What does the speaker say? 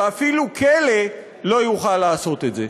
ואפילו כלא לא יוכל לעשות את זה.